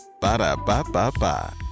Ba-da-ba-ba-ba